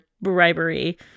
bribery